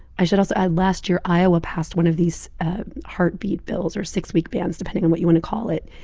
i should also add last year, iowa passed one of these heartbeat bills or six-week bans, depending on what you want to call it.